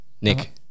Nick